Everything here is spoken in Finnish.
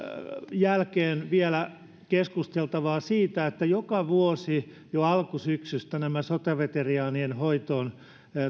jälkeen vielä keskusteltavaa siitä että joka vuosi jo alkusyksystä sotaveteraanien hoitoon